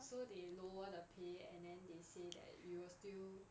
so they lower the pay and then they say that we will still